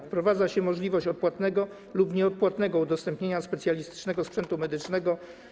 Wprowadza się możliwość odpłatnego lub nieodpłatnego udostępniania specjalistycznego sprzętu medycznego.